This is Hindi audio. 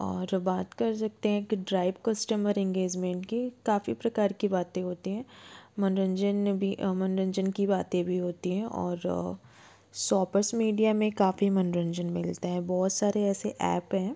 और बात कर सकते हैं कि ड्राइव कस्टमर इंगेज़मेंट की काफ़ी प्रकार की बातें होती हैं मनोरंजन में भी मनोरंजन की बातें भी होती हैं और सॉपर्स मीडिया में काफ़ी मनोरंजन मिलता है बहुत सारे ऐसे ऐप हैं